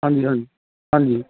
ਹਾਂਜੀ ਹਾਂਜੀ ਹਾਂਜੀ